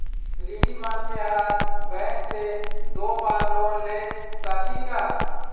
ऋणी मनखे हर बैंक से दो बार लोन ले सकही का?